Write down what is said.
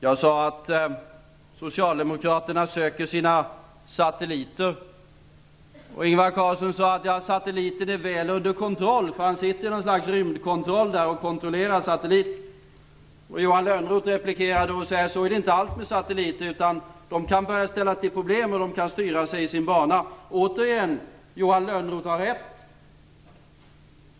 Jag sade att Socialdemokraterna söker sina satelliter, och Ingvar Carlsson sade att satelliten är väl under kontroll, för han sitter i något slags rymdkontroll och kontrollerar satelliten. Johan Lönnroth replikerade med att säga att det inte alls är så med satelliter, utan de kan börja ställa till med problem och börja styra sig i sin bana. Återigen har Johan Lönnroth rätt.